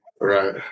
right